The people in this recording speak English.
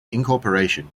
incorporation